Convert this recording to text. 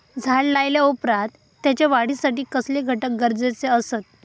झाड लायल्या ओप्रात त्याच्या वाढीसाठी कसले घटक गरजेचे असत?